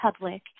public